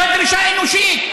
זאת דרישה אנושית.